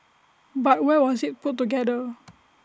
but where was IT put together